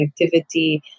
connectivity